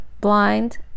blind